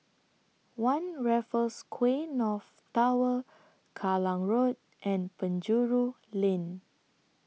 one Raffles Quay North Tower Kallang Road and Penjuru Lane